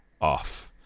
off